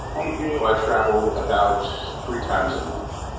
you know i travel about three times a month.